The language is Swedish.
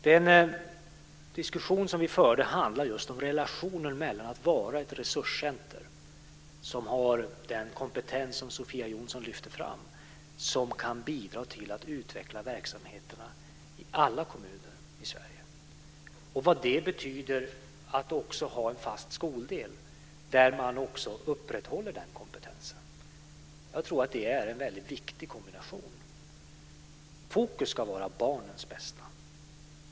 Den diskussion som vi förde handlade just om relationen mellan att vara ett resurscenter som har den kompetens som Sofia Jonsson lyfte fram och som kan bidra till att utveckla verksamheterna i alla kommuner i Sverige och vad det betyder att också ha en fast skoldel där man också upprätthåller den kompetensen. Jag tror att det är en väldigt viktig kombination. Fokus ska vara barnens bästa.